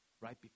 right